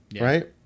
right